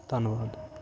ਧੰਨਵਾਦ